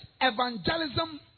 evangelism